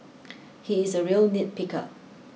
he is a real nit picker